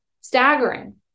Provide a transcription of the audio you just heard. staggering